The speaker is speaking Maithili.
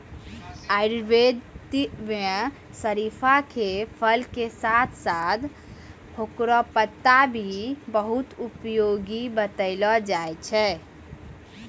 आयुर्वेद मं शरीफा के फल के साथं साथं हेकरो पत्ता भी बहुत उपयोगी बतैलो जाय छै